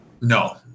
No